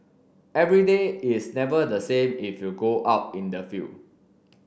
every day is never the same if you go out in the field